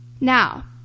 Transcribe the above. Now